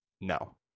No